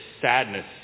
sadness